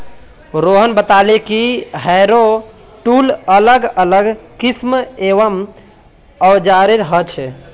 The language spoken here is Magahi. रोहन बताले कि हैरो टूल अलग अलग किस्म एवं वजनेर ह छे